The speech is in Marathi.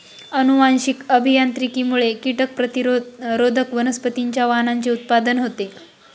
अनुवांशिक अभियांत्रिकीमुळे कीटक प्रतिरोधक वनस्पतींच्या वाणांचे उत्पादन होते